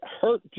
hurt